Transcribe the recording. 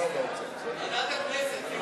ועדת הכנסת.